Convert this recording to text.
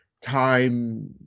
time